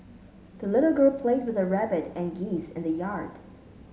the little girl played with her rabbit and geese in the yard